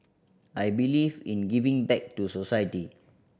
I believe in giving back to society